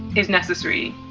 is necessary?